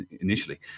initially